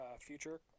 future